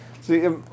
See